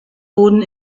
wurden